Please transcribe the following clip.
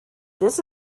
this